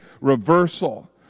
reversal